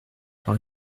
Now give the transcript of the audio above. par